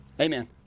Amen